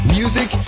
music